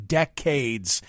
decades